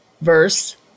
verse